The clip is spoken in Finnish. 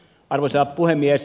arvoisa puhemies